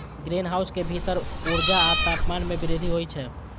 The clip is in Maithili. ग्रीनहाउस के भीतर ऊर्जा आ तापमान मे वृद्धि होइ छै